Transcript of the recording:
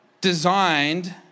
designed